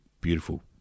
beautiful